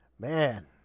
man